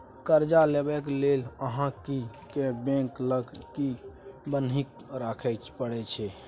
कर्जा लेबाक लेल गांहिकी केँ बैंक लग किछ बन्हकी राखय परै छै